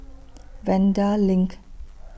Vanda LINK